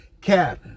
cat